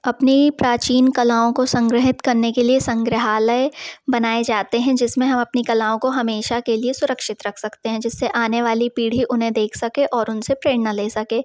अपनी प्राचीन कलाओं को संग्रहित करने के लिए संग्रहालय बनाए जाते हैं जिस में हम अपनी कलाओं को हमेशा के लिए सुरक्षित रख सकते हैं जिससे आने वाली पीढ़ी उन्हें देख सके और उन से प्रेरणा ले सके